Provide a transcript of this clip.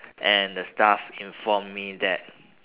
and the staff inform me that